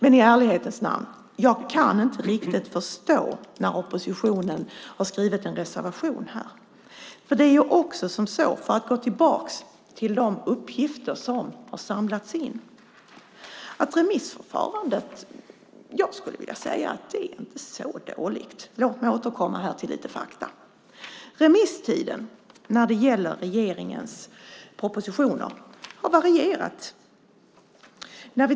I ärlighetens namn: Jag kan inte riktigt förstå varför oppositionen har reserverat sig här. Låt mig gå tillbaka till de uppgifter som har samlats in. Remissförfarandet har, skulle jag vilja säga, inte varit så dåligt. Remisstiden för regeringens propositioner har varierat.